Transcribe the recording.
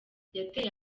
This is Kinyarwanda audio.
yateye